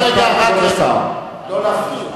לא להפריע.